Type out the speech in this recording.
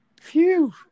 Phew